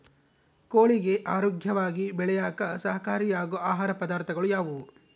ಕೋಳಿಗೆ ಆರೋಗ್ಯವಾಗಿ ಬೆಳೆಯಾಕ ಸಹಕಾರಿಯಾಗೋ ಆಹಾರ ಪದಾರ್ಥಗಳು ಯಾವುವು?